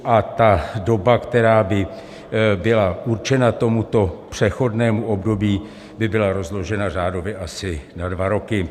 A doba, která by byla určena tomuto přechodnému období, by byla rozložena řádově asi na dva roky.